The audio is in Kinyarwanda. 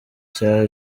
cya